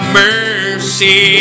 mercy